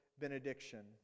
benediction